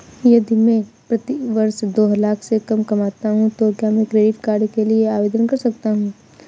यदि मैं प्रति वर्ष दो लाख से कम कमाता हूँ तो क्या मैं क्रेडिट कार्ड के लिए आवेदन कर सकता हूँ?